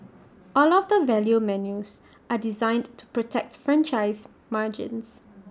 all of the value menus are designed to protects franchisee margins